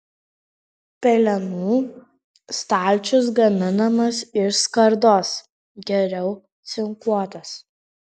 pelenų stalčius gaminamas iš skardos geriau cinkuotos